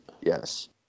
Yes